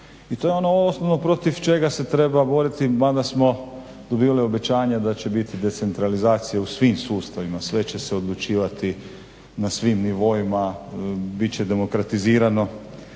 I to je ono osnovno protiv čega se treba boriti mada smo dobivali obećanja da će biti decentralizacija u svim sustavima, sve će se odlučivati na svim nivoima, bit će demokratizirano.